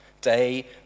day